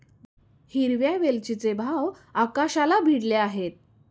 हिरव्या वेलचीचे भाव आकाशाला भिडले आहेत